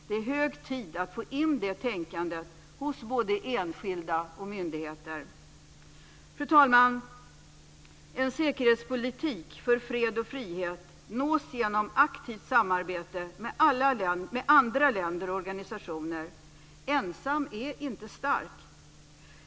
Det är hög tid att få in det tänkandet hos både enskilda och myndigheter. Fru talman! En säkerhetspolitik för fred och frihet nås genom aktivt samarbete med andra länder och organisationer. Ensam är inte stark.